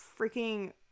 freaking